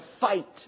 fight